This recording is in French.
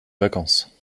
vacances